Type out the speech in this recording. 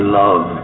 love